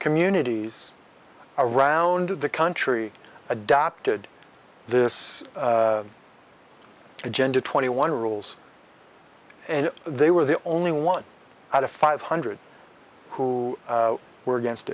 communities around the country adopted this agenda twenty one rules and they were the only one out of five hundred who were against